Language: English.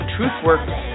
TruthWorks